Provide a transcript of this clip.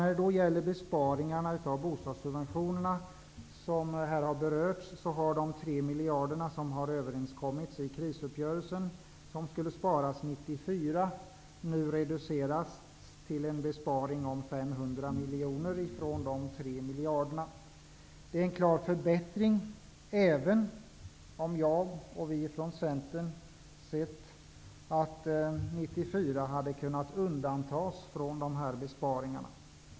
När det gäller besparingarna av bostadssubventionerna, som här har berörts, har de 3 miljarder som man i krisuppgörelsen kom överens om skulle sparas 1994 nu reducerats till 500 miljoner. Det är en klar förbättring, även om jag och vi från Centern gärna hade sett att 1994 hade kunnat undantas från besparingarna.